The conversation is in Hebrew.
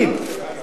רעיון לא רע.